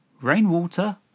rainwater